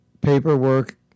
paperwork